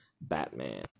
batman